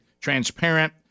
transparent